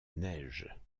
neige